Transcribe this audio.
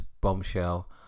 bombshell